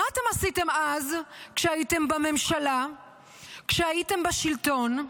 מה אתם עשיתם אז, כשהייתם בממשלה, כשהייתם בשלטון?